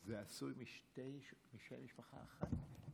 זה עשוי משם משפחה אחד?